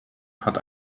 hat